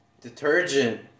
detergent